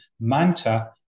Manta